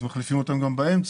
אז מחליפים אותם גם באמצע,